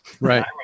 Right